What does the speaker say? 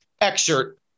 excerpt